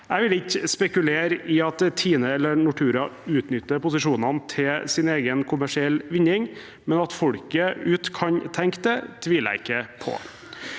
Jeg vil ikke spekulere i at TINE eller Nortura utnytter posisjonene til sin egen kommersielle vinning, men at folk der ute kan tenke det, tviler jeg ikke på.